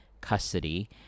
custody